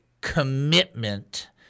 commitment